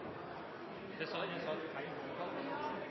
til sak